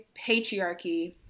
patriarchy